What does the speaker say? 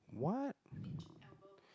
what